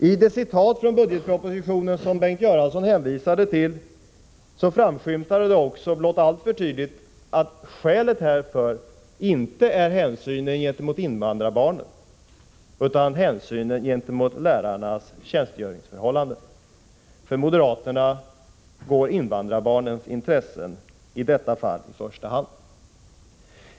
I det citat från budgetpropositionen som Bengt Göransson hänvisade till framskymtade också, blott alltför tydligt, att skälet härför inte är hänsynen gentemot invandrarbarnen, utan hänsynen gentemot lärarnas tjänstgöringsförhållanden. För moderaterna går invandrarbarnens intressen i detta fall i första hand.